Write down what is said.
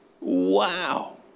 Wow